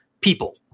people